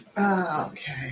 Okay